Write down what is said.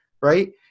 right